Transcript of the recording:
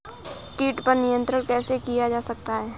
कीट पर नियंत्रण कैसे किया जा सकता है?